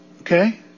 Okay